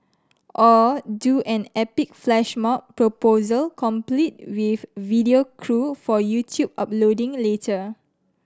or do an epic flash mob proposal complete with video crew for YouTube uploading later